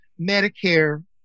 Medicare